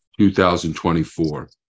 2024